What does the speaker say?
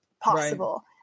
possible